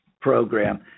program